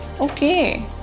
Okay